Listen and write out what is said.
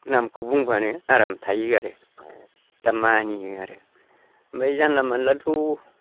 नामखौ बुंब्लानो आराम थायो आरो दा मानियो आरो ओमफ्राय जानला मोनलाथ'